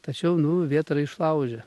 tačiau nu vėtra išlaužė